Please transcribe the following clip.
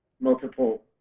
multiple